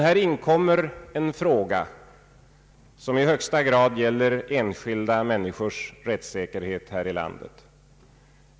Här kommer emellertid en fråga in i bilden som i högsta grad gäller enskilda människors rättssäkerhet här i landet.